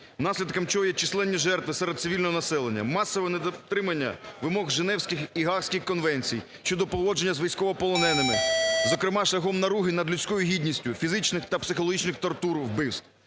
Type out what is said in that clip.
наслідком чого є численні жертви серед цивільного населення; масове недотримання вимог Женевської і Гаагської конвенцій щодо поводження з військовополоненими, зокрема шляхом наруги над людською гідністю, фізичних та психологічних тортур, вбивств.